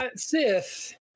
Sith